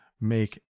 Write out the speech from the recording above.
make